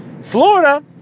Florida